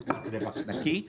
עמותת "רווח נקי".